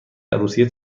عروسی